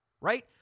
right